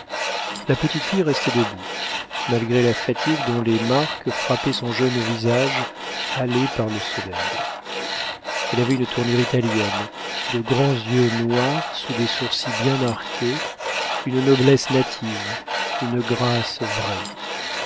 la petite fille restait debout malgré la fatigue dont les marques frappaient son jeune visage hâlé par le soleil elle avait une tournure italienne de grands yeux noirs sous des sourcils bien arqués une noblesse native une grâce vraie